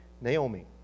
Naomi